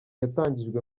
yatangijwe